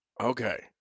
Okay